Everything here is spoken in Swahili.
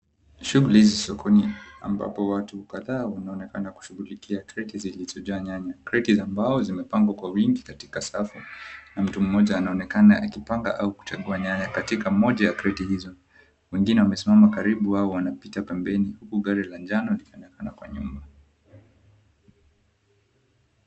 Shughuli sokoni, ambapo watu kadhaa wanaonekana kushughulikia kreti zilizojaa nyanya. Kreti za mbao zimepangwa kwa wingi, katika safu, na mtu mmoja anaonekana akipanga au kuchagua nyanya katika moja ya kreti hizo. Wengine wamesimama karibu au wanapita pembeni, huku gari la njano likionekana kwa nyuma.